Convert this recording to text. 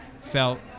felt